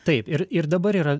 taip ir ir dabar yra